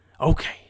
Okay